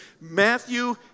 Matthew